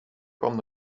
kwam